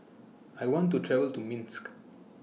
I want to travel to Minsk